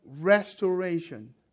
restoration